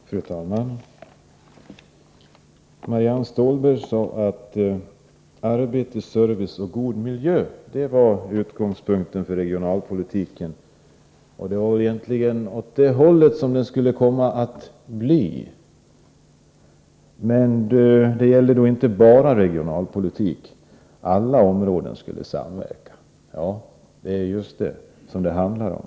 Fru talman! Marianne Stålberg sade att arbete, service och god miljö var utgångspunkterna för regionalpolitiken och att man skulle sträva mot en utveckling med den inriktningen. Men detta skulle inte bara gälla för regionalpolitiken, utan alla områden skulle samverka. Ja, det är just detta det handlar om.